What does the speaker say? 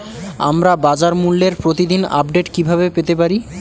আমরা বাজারমূল্যের প্রতিদিন আপডেট কিভাবে পেতে পারি?